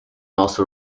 also